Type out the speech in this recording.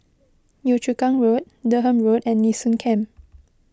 Yio Chu Kang Road Durham Road and Nee Soon Camp